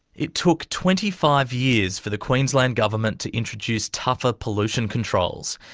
it took twenty five years for the queensland government to introduce tougher pollution controls.